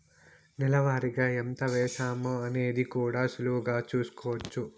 నెల వారిగా ఎంత వేశామో అనేది కూడా సులువుగా చూస్కోచ్చు